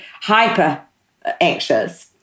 hyper-anxious